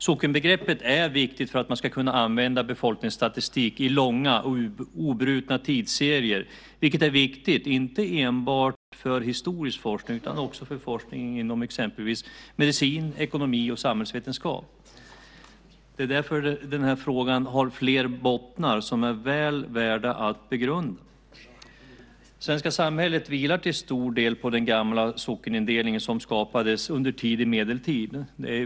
Sockenbegreppet är viktigt för att man ska kunna använda befolkningsstatistik i långa och obrutna tidsserier, vilket är viktigt inte enbart för historisk forskning utan också för forskningen inom exempelvis medicin, ekonomi och samhällsvetenskap. Det är därför den här frågan har fler bottnar som är väl värda att begrunda. Det svenska samhället vilar till stor del på den gamla sockenindelningen som skapades under tidig medeltid.